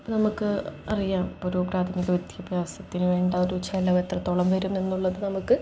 അപ്പം നമുക്ക് അറിയാം ഇപ്പം ഒരു പ്രാഥമിക വിദ്യാഭ്യാസത്തിനു വേണ്ട ഒരു ചിലവെത്രത്തോളം വരും എന്നുള്ളത് നമുക്ക്